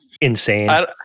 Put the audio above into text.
Insane